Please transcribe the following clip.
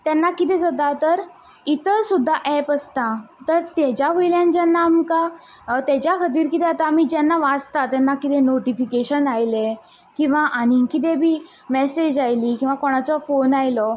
तेन्ना कितें जाता तर इतर सुद्दां एप आसता तर तेज्या वयल्यान जेन्ना आमकां तेच्या खातीर कितें जाता जेन्ना आमी वाचता तेन्ना कितें नोटिफिकेशन आयलें किंवा आनी कितें बी मेसेज आयली किंवां कोणाचो फोन आयलो